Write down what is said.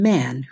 Man